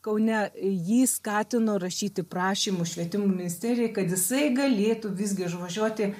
kaune jį skatino rašyti prašymus švietimo ministerijai kad jisai galėtų visgi išvažiuoti